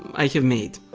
i have made.